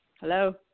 Hello